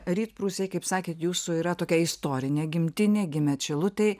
rytprūsiai kaip sakėt jūsų yra tokia istorinė gimtinė gimėt šilutėj